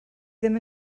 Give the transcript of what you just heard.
ddim